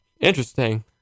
interesting